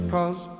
Cause